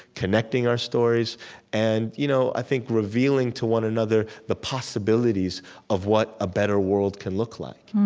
connecting our stories and you know i think revealing to one another the possibilities of what a better world can look like